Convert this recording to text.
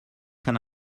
can